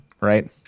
Right